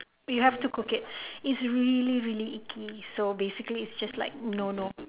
we have to cook it it's really really icky so basically it's just like no no